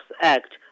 Act